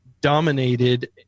dominated